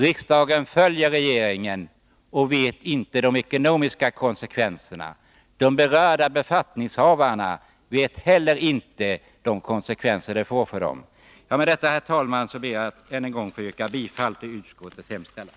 Riksdagen följde regeringen och kände inte till de ekonomiska konsekvenserna, och de berörda befattningsbehavarna visste heller inte vilka konsekvenser det blir för dem. Med detta, herr talman, ber jag att än en gång få yrka bifall till utskottets hemställan.